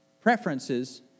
preferences